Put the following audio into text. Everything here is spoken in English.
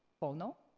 phono,